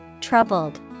troubled